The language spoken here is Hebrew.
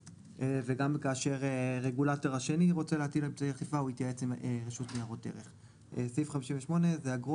שהוא גם בעל רישיון מרשות ניירות ערך לגבי נותן